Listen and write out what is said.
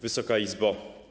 Wysoka Izbo!